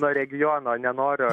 nuo regiono nenoriu